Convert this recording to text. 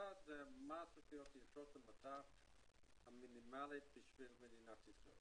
אחד זה מה הציפיות של יתרות מט"ח המינימלי עבור מדינת ישראל.